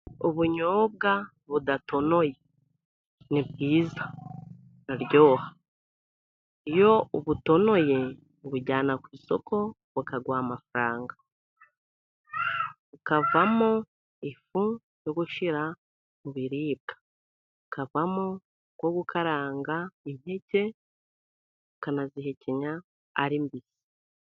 Ubunyobwa budatonoye nibwiza buraryoha, iyo ubutonoye ubujyana ku isoko bakaguha amafaranga, bukavamo ifu yo gushyira mu biribwa bukavamo ubwo gukaranga impeke ukanazihekenya ari mbisi.